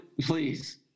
please